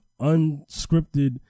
unscripted